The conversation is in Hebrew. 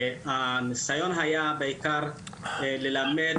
הניסיון היה בעיקר ללמד